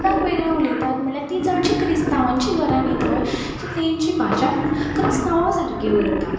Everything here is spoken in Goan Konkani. किद्याक वेगळी उलयतात म्हळ्यार ती चडशें क्रिस्तावांचीं घरां न्ही थंय सो तांची भाशा ख्रिस्तांवा सारकी वयता